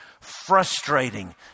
frustrating